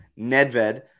Nedved